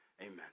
Amen